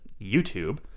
YouTube